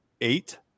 eight